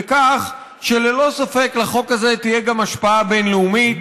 בכך שללא ספק לחוק הזה תהיה גם השפעה בין-לאומית.